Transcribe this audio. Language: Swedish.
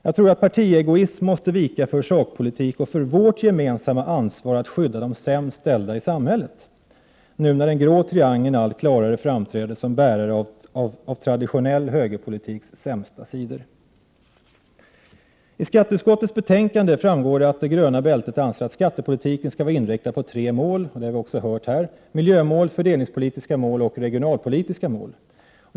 Jag anser att partiegoism måste vika för sakpolitik och för vårt gemensamma ansvar att skydda de sämst ställda i samhället, när nu den grå triangeln allt klarare framträder som bärare av de sämsta sidorna hos traditionell högerpolitik. Det framgår av skatteutskottets betänkande att det gröna bältet anser att skattepolitiken skall inriktas på tre mål — vilket vi också hört här — miljömål, fördelningspolitiska mål och regionalpolitiska mål.